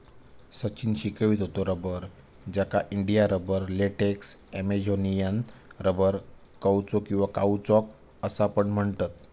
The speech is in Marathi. सचिन शिकवीत होतो रबर, ज्याका India rubber, latex, Amazonian rubber, कौचो किंवा काउचॉक असा पण म्हणतत